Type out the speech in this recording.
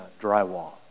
drywall